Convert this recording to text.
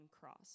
cross